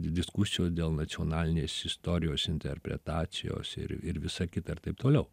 diskusijos dėl nacionalinės istorijos interpretacijos ir ir visa kita ir taip toliau